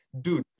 dude